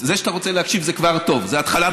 זה שאתה רוצה להקשיב זה כבר טוב, זו התחלה טובה.